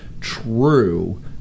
true